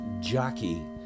jockey